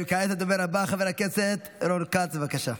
וכעת לדובר הבא, חבר הכנסת רון כץ, בבקשה.